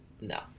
No